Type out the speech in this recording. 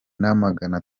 namagana